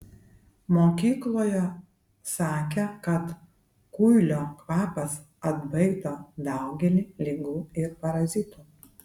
mokykloje sakė kad kuilio kvapas atbaido daugelį ligų ir parazitų